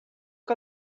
que